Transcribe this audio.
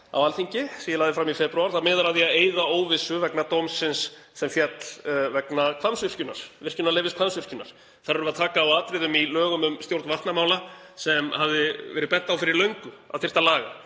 á Alþingi, sem ég lagði fram í febrúar, miðar að því að eyða óvissu vegna dómsins sem féll vegna Hvammsvirkjunar, virkjunarleyfis Hvammsvirkjunar. Þar erum við að taka á atriðum í lögum um stjórn vatnamála sem hafði verið bent á fyrir löngu að þyrfti að laga